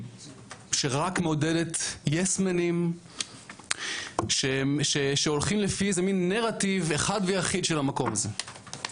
שרק מעודדת יס-מנים שהולכים לפי איזה מן נרטיב אחד ויחיד של המקום הזה.